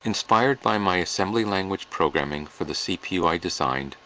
inspired by my assembly language programming for the cpu i designed,